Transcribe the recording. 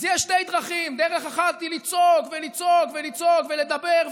אז יש שתי דרכים: דרך אחת היא לצעוק ולצעוק ולצעוק ולדבר,